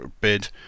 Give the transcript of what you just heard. bid